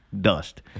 dust